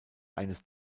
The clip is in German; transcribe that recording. eines